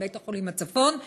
לבית-חולים הצפון.